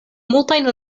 multajn